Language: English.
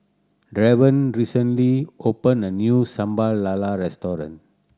Draven recently opened a new Sambal Lala restaurant